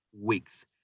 weeks